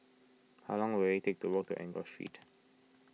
how long will it take to walk Enggor Street